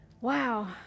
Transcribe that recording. Wow